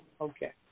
Okay